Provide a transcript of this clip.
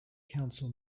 council